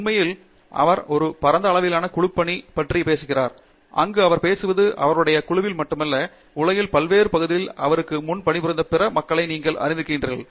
உண்மையில் அவர் ஒரு பரந்த அளவிலான குழுப்பணி பற்றி பேசுகிறார் அங்கு அவர் பேசுவது அவருடைய குழுவில் மட்டுமல்ல உலகின் பல்வேறு பகுதிகளிலும் அவருக்கு முன் பணிபுரிந்த பிற மக்களை நீங்கள் அறிந்திருக்கிறீர்கள்